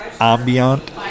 Ambient